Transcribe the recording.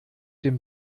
dem